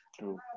True